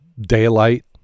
daylight